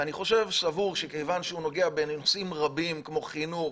ואני סבור שכיוון שהוא נוגע בנושאים רבים כמו חינוך,